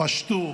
פשטו